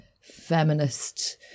feminist